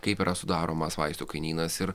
kaip yra sudaromas vaistų kainynas ir